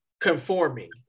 conforming